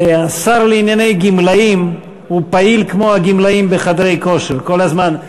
והשר לענייני גמלאים הוא פעיל כמו הגמלאים בחדרי כושר כל הזמן.